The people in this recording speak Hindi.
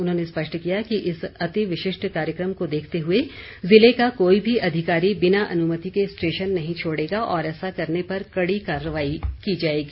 उन्होंने स्पष्ट किया कि इस अति विशिष्ट कार्यक्रम को देखते हुए ज़िले का कोई भी अधिकारी बिना अनुमति के स्टेशन नहीं छोड़ेगा और ऐसा करने पर कड़ी कार्रवाई की जाएगी